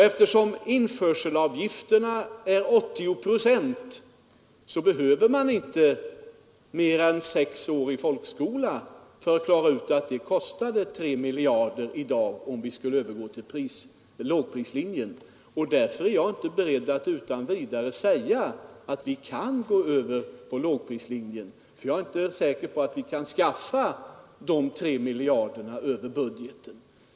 Eftersom införselavgifterna uppgår till 80 procent, behöver man inte mer än sexårig folkskola för att klara ut att det kostade 3 miljarder i dag, om vi skulle övergå till lågprislinjen. Därför är jag inte beredd att utan vidare säga att vi kan gå över till lågprislinje, för jag är inte säker på att vi kan skaffa de 3 miljarderna över budgeten.